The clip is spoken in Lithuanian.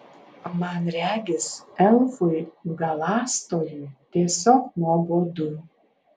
man regis elfui galąstojui tiesiog nuobodu